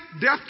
death